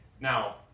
Now